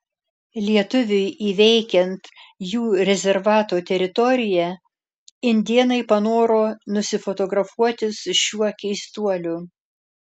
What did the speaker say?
lietuviui įveikiant jų rezervato teritoriją indėnai panoro nusifotografuoti su šiuo keistuoliu